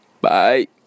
Bye